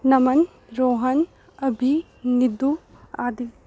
Naman Rohan Abhi Nidhu Aadi